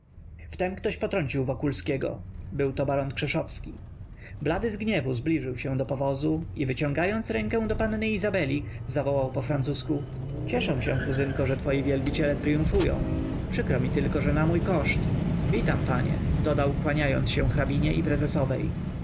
spojrzeniem wtem ktoś potrącił wokulskiego byłto baron krzeszowski blady z gniewu zbliżył się do powozu i wyciągając rękę do panny izabeli zawołał po francusku cieszę się kuzynko że twoi wielbiciele tryumfują przykro mi tylko że na mój koszt witam panie dodał kłaniając się hrabinie i prezesowej